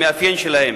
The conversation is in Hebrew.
המאפיין שלהם.